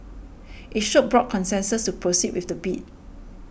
it showed broad consensus to proceed with the bid